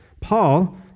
Paul